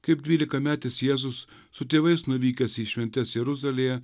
kaip dvylikametis jėzus su tėvais nuvykęs į šventes jeruzalėje